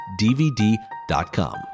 DVD.com